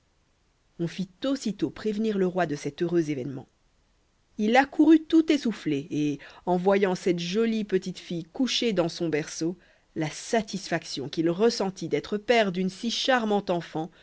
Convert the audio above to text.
on fit aussitôt prévenir le roi de cet heureux événement il accourut tout essoufflé et en voyant cette jolie petite fille couchée dans son berceau la satisfaction qu'il ressentit d'être père d'une si charmante enfant